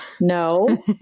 No